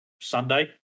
Sunday